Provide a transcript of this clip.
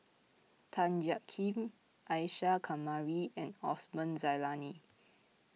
Tan Jiak Kim Isa Kamari and Osman Zailani